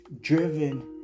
driven